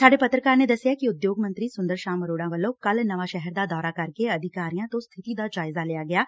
ਸਾਡੇ ਪੱਤਰਕਾਰ ਨੇ ਦਸਿਐ ਕਿ ਉਦਯੋਗ ਮੰਤਰੀ ਸੁੰਦਰ ਸ਼ਾਮ ਅਰੋੜਾ ਵੱਲੋਂ ਕੱਲੂ ਨਵਾਂ ਸ਼ਹਿਰ ਦਾ ਦੌਰਾ ਕਰਕੇ ਅਧਿਕਾਰੀਆਂ ਤੋਂ ਸਬਿਤੀ ਦਾ ਜਾਇਜ਼ਾ ਲਿਆ ਗਿਐ